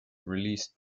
released